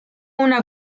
una